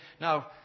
now